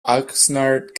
oxnard